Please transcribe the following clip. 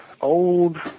old